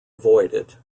avoided